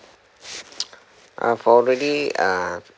I've already uh